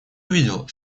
видел